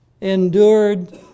endured